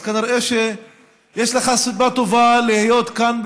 אז כנראה יש לך סיבה טובה להיות כאן,